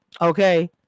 Okay